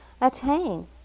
attain